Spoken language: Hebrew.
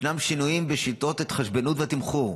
ישנם שינויים בשיטות ההתחשבנות והתמחור,